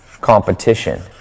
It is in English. competition